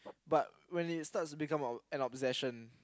but when it starts become ob~ an obsession